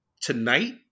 tonight